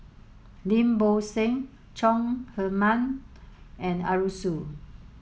Lim Bo Seng Chong Heman and Arasu